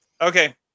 Okay